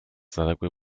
zaległy